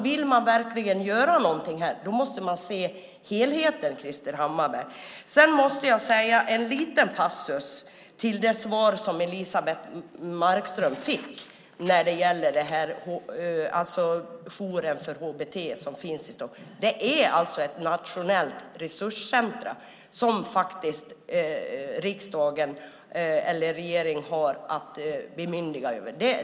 Vill man verkligen göra någonting måste man se helheten, Krister Hammarbergh. Sedan måste jag göra en liten passus till det svar som Elisebeht Markström fick när det gäller jouren för HBT i Stockholm. Det är alltså ett nationellt resurscentrum som faktiskt regeringen har att bemyndiga.